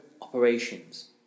operations